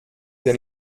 den